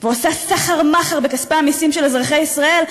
ועושה סחר-מכר בכספי המסים של אזרחי ישראל,